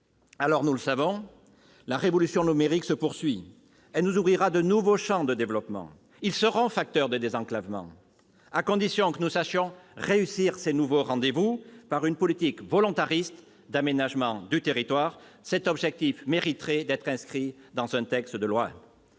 Nous le savons, la révolution numérique se poursuit. Elle nous ouvrira de nouveaux champs de développement, qui seront facteurs de désenclavement, à condition que nous sachions réussir ces nouveaux rendez-vous par une politique volontariste d'aménagement du territoire. Cet objectif mériterait d'être inscrit dans un texte de loi.